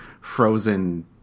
frozen